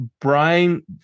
Brian